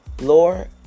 Lord